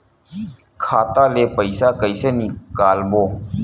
खाता ले पईसा कइसे निकालबो?